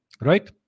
Right